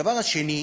הדבר השני,